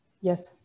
Yes